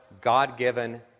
God-given